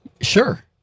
Sure